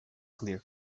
clear